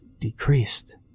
decreased